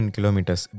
Kilometers